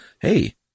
hey